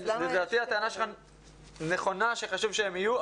לדעתי הטענה שלך נכונה שחשוב שהם יהיו,